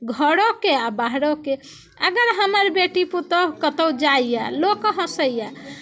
घरोके आ बाहरोके अगर हमर बेटी पुतहु कतहु जाइए लोक हँसैए